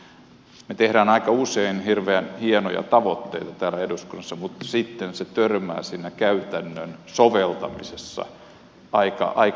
me teemme aika usein hirveän hienoja tavoitteita täällä eduskunnassa mutta sitten se törmää siinä käytännön soveltamisessa aika nopeasti